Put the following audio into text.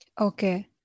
Okay